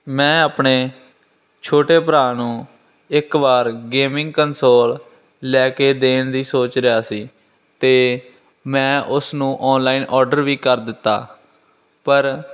ਮੈਂ ਆਪਣੇ ਛੋਟੇ ਭਰਾ ਨੂੰ ਇੱਕ ਵਾਰ ਗੇਮਿੰਗ ਕਨਸੋਲ ਲੈ ਕੇ ਦੇਣ ਦੀ ਸੋਚ ਰਿਹਾ ਸੀ ਅਤੇ ਮੈਂ ਉਸ ਨੂੰ ਆਨਲਾਈਨ ਆਰਡਰ ਵੀ ਕਰ ਦਿੱਤਾ ਪਰ